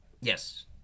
Yes